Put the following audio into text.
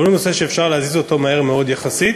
אבל הוא נושא שאפשר להזיז אותו מהר מאוד יחסית.